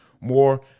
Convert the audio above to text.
more